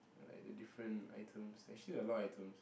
like the different items actually a lot of items